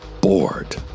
bored